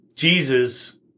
Jesus